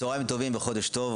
צוהריים טובים וחודש טוב.